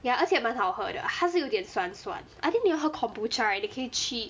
ya 而且蛮好喝的它是有点酸酸 I think 你要喝 kombucha right 你可以去